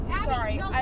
sorry